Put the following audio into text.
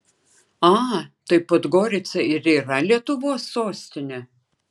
a tai podgorica ir yra lietuvos sostinė